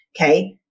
okay